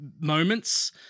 moments